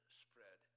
spread